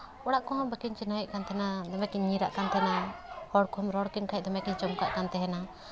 ᱚᱲᱟᱜ ᱠᱚᱦᱚᱸ ᱵᱟᱹᱠᱤᱱ ᱪᱤᱱᱦᱟᱹᱣᱮᱜ ᱛᱟᱦᱮᱱᱟ ᱫᱚᱢᱮᱠᱤᱱ ᱧᱤᱨᱟᱜ ᱠᱟᱱ ᱛᱟᱦᱮᱱᱟ ᱦᱚᱲ ᱠᱚᱦᱚᱸ ᱨᱚᱲ ᱟᱹᱠᱤᱱ ᱠᱷᱟᱡ ᱫᱚᱢᱮ ᱠᱤᱱ ᱪᱚᱢᱠᱟᱜ ᱠᱟᱱ ᱛᱟᱦᱮᱱᱟ